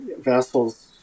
vessels